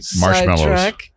marshmallows